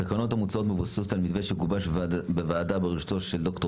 התקנות המוצעות מבוססות על המתווה שגובש בוועדה בראשותו של ד"ר